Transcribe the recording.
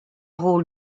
rôle